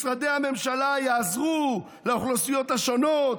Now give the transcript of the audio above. משרדי הממשלה יעזרו לאוכלוסיות השונות,